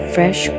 Fresh